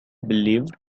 believed